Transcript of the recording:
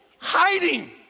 hiding